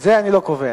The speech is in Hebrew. את זה אני לא קובע.